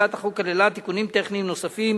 הצעת החוק כללה תיקונים טכניים נוספים